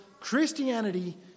Christianity